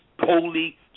Holy